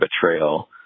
betrayal